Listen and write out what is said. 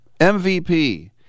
MVP